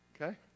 Okay